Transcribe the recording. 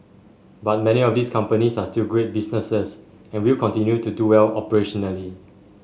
but many of these companies are still great businesses and will continue to do well operationally